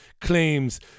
claims